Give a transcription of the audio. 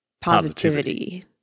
Positivity